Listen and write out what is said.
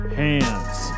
hands